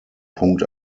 punkt